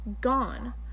gone